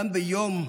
גם ביום חגיגי,